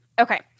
Okay